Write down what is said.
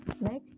Next